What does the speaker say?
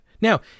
Now